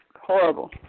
horrible